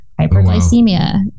hyperglycemia